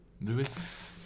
Lewis